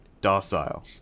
docile